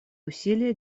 усилия